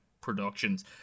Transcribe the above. productions